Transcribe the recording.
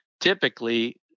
typically